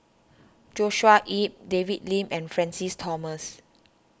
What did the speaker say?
Joshua Ip David Lim and Francis Thomas